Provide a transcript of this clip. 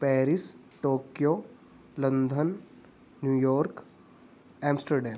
Paris Tokyo London New York Amsterdam